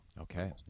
Okay